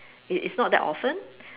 it is not that often